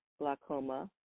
glaucoma